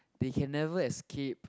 they can never escape